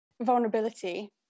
Vulnerability